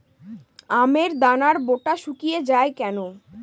আমের দানার বোঁটা শুকিয়ে য়ায় কেন?